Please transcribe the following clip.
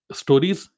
stories